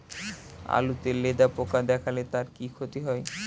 আলুতে লেদা পোকা দেখালে তার কি ক্ষতি হয়?